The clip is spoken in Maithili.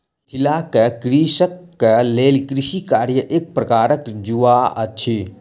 मिथिलाक कृषकक लेल कृषि कार्य एक प्रकारक जुआ अछि